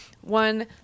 One